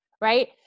right